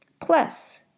Plus